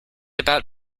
about